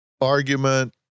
Argument